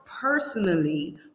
personally